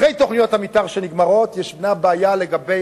אחרי תוכניות המיתאר שנגמרות יש בעיה לגבי